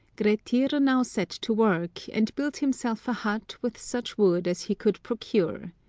grettir now set to work, and built himself a hut with such wood as he could procure.